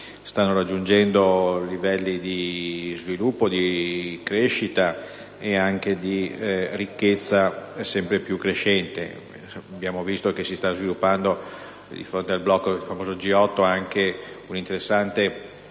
stanno raggiungendo livelli di sviluppo e anche di ricchezza sempre crescenti. Abbiamo visto che si sta sviluppando, di fronte al blocco del famoso G8, anche un interessante